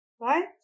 right